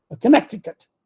Connecticut